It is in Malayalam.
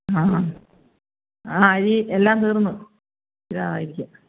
ആ ആ ആ അരി എല്ലാം തീർന്നു ആയിരിക്കും